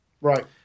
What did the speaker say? Right